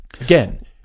Again